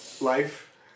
Life